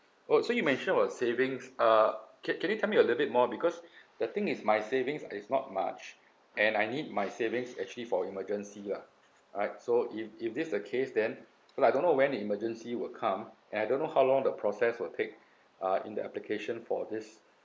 oh so you mention about savings uh can can you tell me a littl bit more because the thing is my savings is not much and I need my savings actually for emergency lah alright so if if this the case then like I don't know when the emergency will come and I don't know how long the process will take uh in the application for this